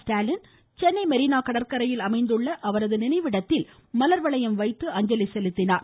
ஸ்டாலின் சென்னை மெரினா கடற்கரையில் அமைந்துள்ள அன்னாரது நினைவிடத்தில் மலர் வளையம் வைத்து அஞ்சலி செலுத்தினார்